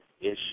issue